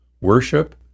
Worship